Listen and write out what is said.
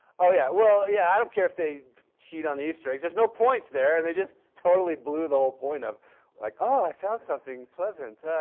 oh, yeah. well, yeah. i don't care if they cheat on the easter. it's just no points there and they just totally blew the whole point of like oh i found something pleasant.